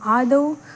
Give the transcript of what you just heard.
आदौ